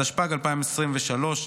התשפ"ג 2023,